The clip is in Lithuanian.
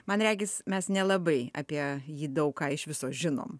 man regis mes nelabai apie jį daug ką iš viso žinom